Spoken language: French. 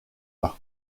pas